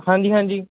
ਹਾਂਜੀ ਹਾਂਜੀ